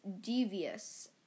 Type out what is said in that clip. devious